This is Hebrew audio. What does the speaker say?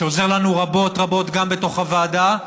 שעוזר לנו רבות גם בתוך הוועדה,